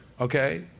Okay